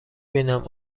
بینم